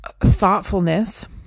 thoughtfulness